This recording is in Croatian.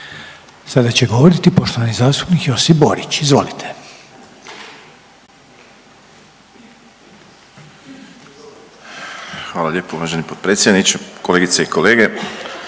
Sada će govoriti poštovani zastupnik Josip Borić. Izvolite. **Borić, Josip (HDZ)** Hvala lijepo. Uvaženi potpredsjedniče, kolegice i kolege.